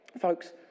Folks